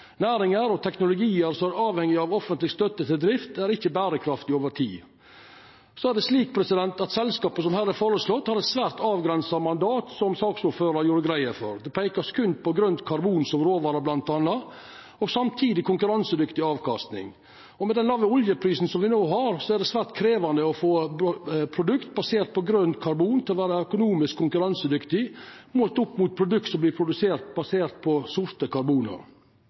Næringar og teknologiar som er avhengige av offentleg støtte til drift, er ikkje berekraftige over tid. Så er det slik at selskapet som her er føreslått, har eit svært avgrensa mandat, noko saksordføraren gjorde greie for. Det vert berre peika på grønt karbon som råvare, bl.a., og samtidig konkurransedyktig avkastning. Med den låge oljeprisen me no har, er det svært krevjande å få produkt baserte på grønt karbon til å vera økonomisk konkurransedyktige målt opp mot produkt som er baserte på